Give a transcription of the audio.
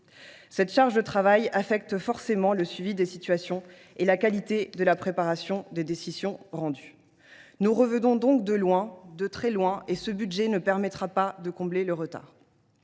Cette charge de travail affecte forcément le suivi des situations et la qualité de la préparation des décisions rendues. Nous revenons donc de très loin, et ce budget ne permettra pas de combler le retard.